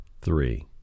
three